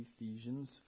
Ephesians